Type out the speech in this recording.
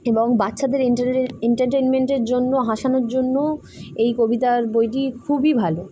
এবং বাচ্ছাদের এন্টার এন্টারটেনমেন্টের জন্য আাসানোর জন্য এই কবিতার বইটি খুবই ভালো